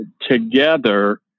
together